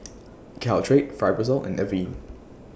Caltrate Fibrosol and Avene